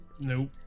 Nope